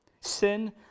sin